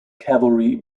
cavalry